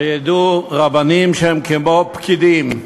שידעו רבנים שהם כמו פקידים,